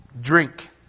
drink